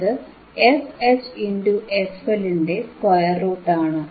അത് fH into fL ന്റെ square root ആണ്